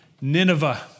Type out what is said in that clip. Nineveh